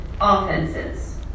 offenses